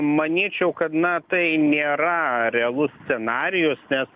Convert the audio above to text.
manyčiau kad na tai nėra realus scenarijus nes